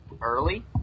early